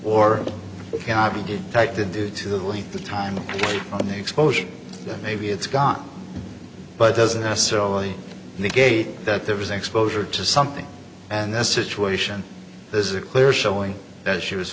at the time of the explosion maybe it's gone but doesn't necessarily negate that there was exposure to something and the situation this is a clear showing that she was